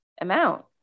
amount